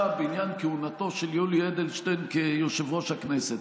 בעניין כהונתו של יולי אדלשטיין כיושב-ראש הכנסת.